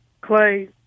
Clay